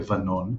לבנון,